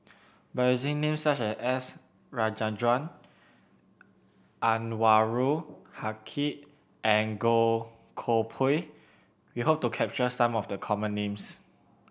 by using names such as S Rajendran Anwarul Haque and Goh Koh Pui we hope to capture some of the common names